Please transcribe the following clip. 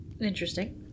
Interesting